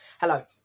Hello